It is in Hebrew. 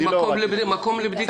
יש מקום לבדיקה.